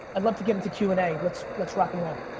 i'd love to get into q and a. let's let's rock and roll.